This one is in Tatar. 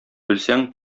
белсәң